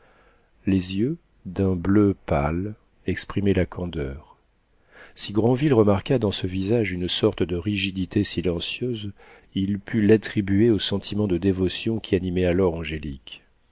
les yeux d'un bleu pâle exprimaient la candeur si granville remarqua dans ce visage une sorte de rigidité silencieuse il put l'attribuer aux sentiments de dévotion qui animaient alors angélique